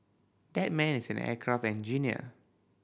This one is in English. that man is an aircraft engineer